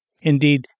Indeed